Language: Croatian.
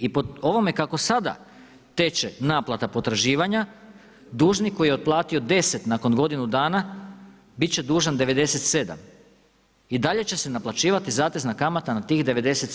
I po ovome kako sada teče naplata potraživanja, dužnik koji je otplatio 10 nakon godinu dana, bit će dužan 97, i dalje će se naplaćivati zatezna kamata na tih 97.